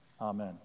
Amen